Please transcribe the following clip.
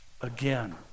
again